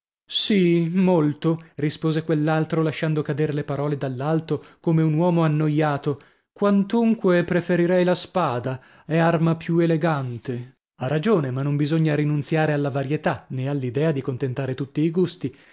sì molto rispose quell'altro lasciando cader le parole dall'alto come un uomo annoiato quantunque preferirei la spada è arma più elegante ha ragione ma non bisogna rinunziare alla varietà nè all'idea di contentare tutti i gusti